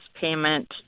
payment